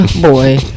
Boy